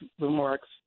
remarks